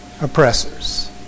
oppressors